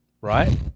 right